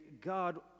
God